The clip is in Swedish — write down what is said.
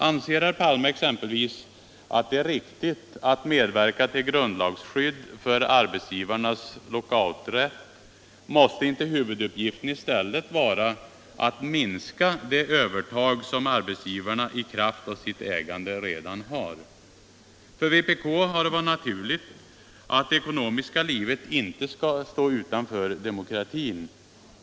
Anser herr Palme exempelvis att det är riktigt att medverka till grundlagsskydd för arbetsgivarnas lockouträtt? Måste inte huvuduppgiften i stället vara att minska det övertag som arbetsgivarna i kraft av sitt ägande redan har? För vpk har det varit naturligt att det ekonomiska livet inte skall stå utanför demokratin.